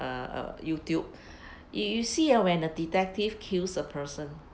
a a YouTube you you see ah when a detective kills a person